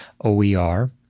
OER